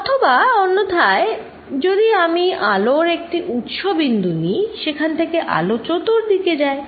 আবার অন্যথায় যদি আমি আলোর একটি বিন্দু উৎস নিই সেখান থেকে আলো চতুর্দিকে যায়